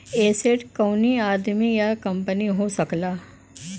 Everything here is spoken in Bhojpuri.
एसेट कउनो आदमी या कंपनी हो सकला